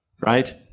right